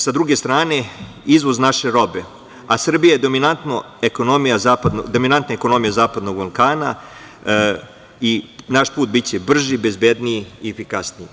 Sa druge strane, izvoz naše robe, a Srbija je dominantnija ekonomija zapadnog Balkana, i naš put biće brži, bezbedniji i efikasniji.